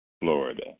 Florida